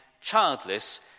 childless